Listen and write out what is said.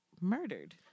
Murdered